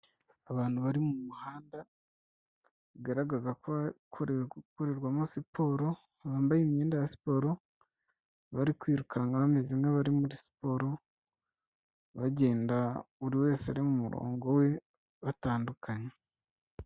Abantu bari mu muhanda bagaragaza ko yakorewe gukurirwamo siporo bambaye imyenda ya siporo bari kwirukanka bameze nk'abari muri siporo bagenda buri wese ari mu murongo we batandukanye.